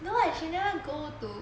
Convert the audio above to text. no eh she never go to